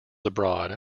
abroad